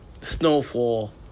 Snowfall